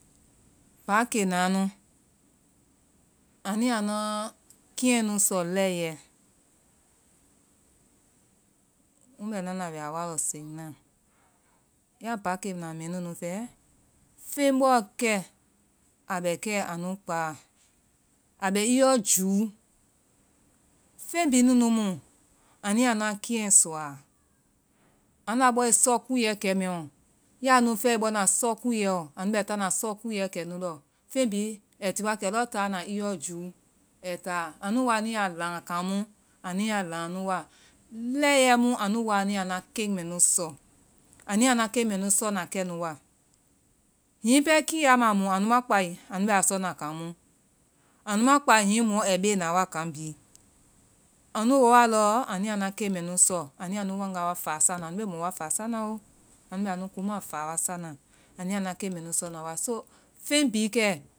Paakema nui anu yaa nua kɛyɛ nu sɔ lɛiɛ, mbɛ nana we a wa lɔ sen naa ya paakenaa nu fee fen bɔɔ kɛ a bɛ kɛ anu kpaa, a bɛ yɔ juu, fen bihi nu nu mu anui yaa nua keyɛ sɔa, anda bɔe sɔkuunyɛ kɛ mɛɛɔ ya nu fɛɛle bɔna sɔkuuyɛ anu bɛ taana sɔkuuyɛ kɛnulɔ fen bihi ai ti wa lɔɔ taana yɔ juu ai taa anu woa anua wa laya kaamu anui ya laŋa nu. Lɛiɛ mu anu woa anuyaa anua ken mɛ nu sɔ, anu yaa nua ken mɛnu sɔna kɛnu wa hihi pɛɛ kiyaa ma mu, anu ma kpai, anu bɛ a sɔna kan mu, anu ma kpa hihi mɔ ai bee na wa kan bihi, anu woa lɔɔ anu yaha nua ken mɛnu sɔ, anu ya nu wanga wa faasa na, anu ya nu wanga wa faasa na o, anu bee mɔ anu kunme, faa wa sana, anuya nua ya nua ken meɛnu sɔnawa soo fen bihi kɛ.